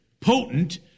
Potent